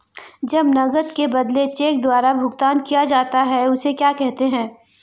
जब नकद के बदले चेक द्वारा भुगतान किया जाता हैं उसे क्या कहते है?